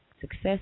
Success